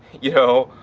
you know,